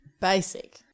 Basic